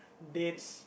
dates